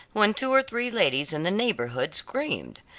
when two or three ladies in the neighborhood screamed.